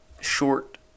short